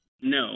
No